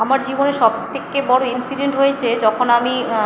আমার জীবনের সব থেকে বড়ো ইন্সিডেন্ট হয়েছে যখন আমি